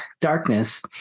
darkness